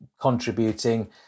contributing